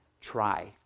Try